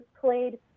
played